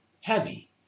Heavy